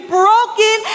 broken